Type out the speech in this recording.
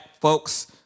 folks